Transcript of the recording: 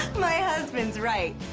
my husband's right.